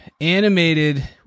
Animated